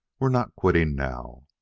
we're not quitting now.